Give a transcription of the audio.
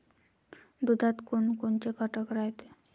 दुधात कोनकोनचे घटक रायते?